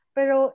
Pero